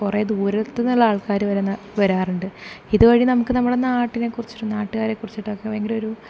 കുറേ ദൂരത്തു നിന്ന് ആൾക്കാരൊക്കെ വരുന്ന വരാറുണ്ട് ഇതുവഴി നമുക്ക് നമ്മളുടെ നാട്ടിലെ കുറിച്ചിട്ട് നാട്ടുകാരെ കുറിച്ചിട്ടൊക്കെ ഭയങ്കര ഒരു